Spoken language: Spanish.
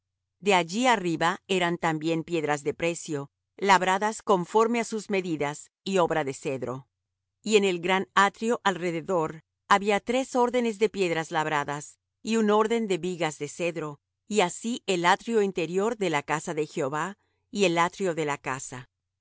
de allí arriba eran también piedras de precio labradas conforme á sus medidas y obra de cedro y en el gran atrio alrededor había tres órdenes de piedras labradas y un orden de vigas de cedro y así el atrio interior de la casa de jehová y el atrio de la casa